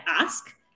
ask